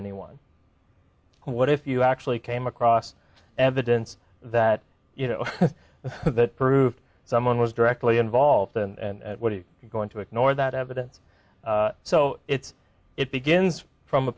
anyone what if you actually came across evidence that you know that proved someone was directly involved and what are you going to ignore that evidence so it's it begins from a